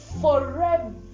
forever